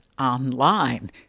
online